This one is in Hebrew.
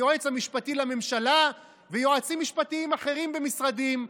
היועץ המשפטי לממשלה ויועצים משפטיים אחרים במשרדים,